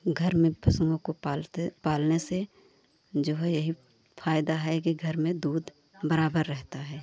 घर में पशुओं को पालते पालने से जो है यही फायदा है कि घर में दूध बराबर रहता है